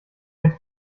den